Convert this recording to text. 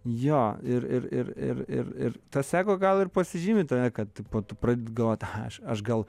jo ir ir ir ir ir tas ego gal ir pasižymi tame kad po to pradedi galvot aha aš aš gal